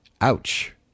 Ouch